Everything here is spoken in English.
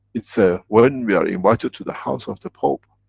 it's a. when we are invited to the house of the pope,